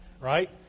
right